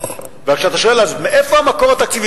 וכשאתה שואל: אז מאיפה המקור התקציבי,